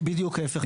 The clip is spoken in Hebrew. בדיוק ההיפך.